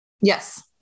Yes